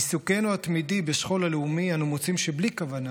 בעיסוקינו התמידי בשכול הלאומי אנו מוצאים שבלי כוונה